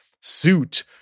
suit